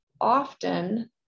often